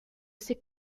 ses